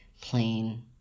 plain